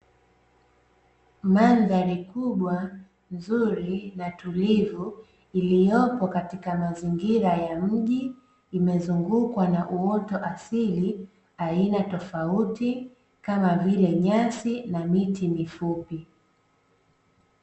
Mandhari kubwa nzuri na tulivu, iliyopo katika mazingira ya mji imezungukwa na uoto asili aina tofauti kama vile nyasi na miti mifupi.